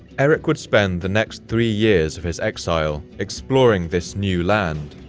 erik would spend the next three years of his exile exploring this new land,